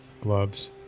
gloves